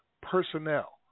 personnel